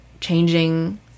changing